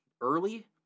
early